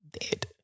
dead